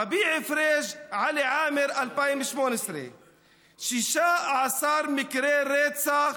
רביע פריג', עלי עאמר 2018. 16 מקרי רצח